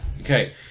Okay